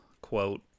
quote